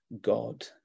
God